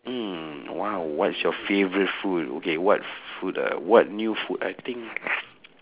mm !wow! what is your favorite food okay what food uh what new food I think